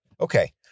Okay